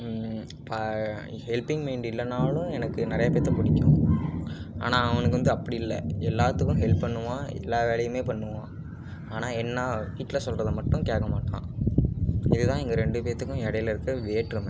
இப்போ helping mind இல்லைனாலும் எனக்கு நிறைய பேர்த்த பிடிக்கும் ஆனால் அவனுக்கு வந்து அப்படி இல்லை எல்லாத்துக்கும் ஹெல்ப் பண்ணுவான் எல்லா வேலையுமே பண்ணுவான் ஆனால் என்ன வீட்டில சொல்கிறத மட்டும் கேட்க மாட்டான் இது தான் எங்கள் ரெண்டு பேர்த்துக்கும் இடையில இருக்கிற வேற்றுமை